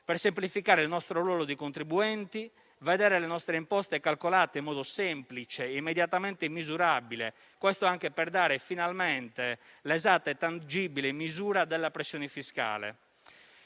per semplificare il nostro ruolo di contribuenti, vedere le nostre imposte calcolate in modo semplice e immediatamente misurabile. Questo anche per dare finalmente l'esatta e tangibile misura della pressione fiscale,